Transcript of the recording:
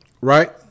Right